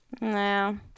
No